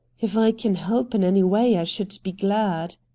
if i can help in any way i should be glad.